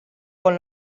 con